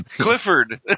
Clifford